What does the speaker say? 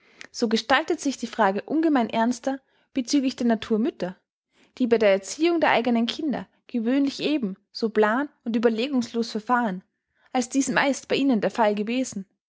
so gestaltet sich die frage ungemein ernster bezüglich der naturmütter die bei der erziehung der eignen kinder gewöhnlich eben so plan und überlegungslos verfahren als dies meist bei ihnen der fall gewesen